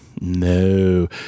No